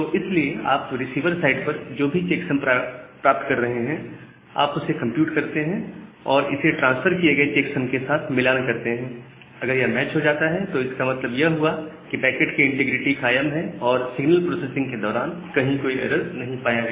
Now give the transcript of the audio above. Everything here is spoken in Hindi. तो इसलिए आप रिसीवर साइड पर जो भी चेक्सम प्राप्त कर रहे हैं आप उसे कंप्यूट करते हैं और इसे ट्रांसफर किए गए चेक्सम के साथ मिलान करते हैं और अगर यह मैच हो जाता है इसका मतलब यह हुआ के पैकेट की इंटीग्रिटी कायम है और सिगनल प्रोसेसिंग के दौरान कहीं कोई एरर नहीं पाया गया